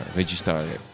registrare